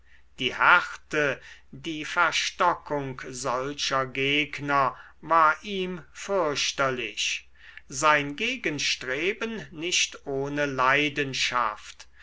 die härte die verstockung solcher gegner war ihm fürchterlich sein gegenstreben nicht ohne leidenschaft